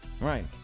right